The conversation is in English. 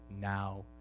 now